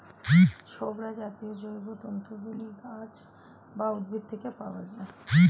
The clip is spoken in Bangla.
ছোবড়া জাতীয় জৈবতন্তু গুলি গাছ বা উদ্ভিদ থেকে পাওয়া যায়